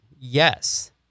Yes